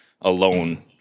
alone